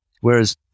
whereas